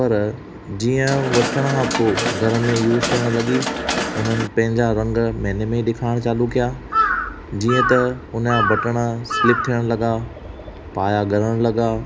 पर जीअं वठण खां पोइ घर में यूज़ थियणु लॻी हुननि पंहिंजा रंग महिने में ॾेखारणु चालू कयां जीअं त हुनजा बटण स्लीप थियणु लॻा पाया ॻरणु लॻा